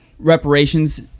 Reparations